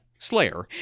Slayer